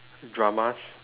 dramas